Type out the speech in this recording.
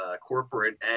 corporate